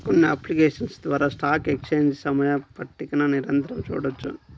కొన్ని అప్లికేషన్స్ ద్వారా stock exchange సమయ పట్టికని నిరంతరం చూడొచ్చు